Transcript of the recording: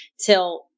till